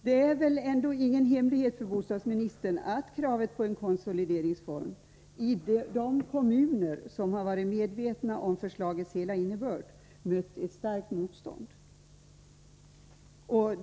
Det är väl ingen hemlighet för bostadsministern att kravet på konsolideringsfond mött ett starkt motstånd i de kommuner som har varit medvetna om förslagets reella innebörd.